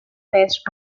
based